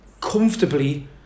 comfortably